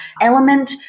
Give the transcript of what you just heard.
element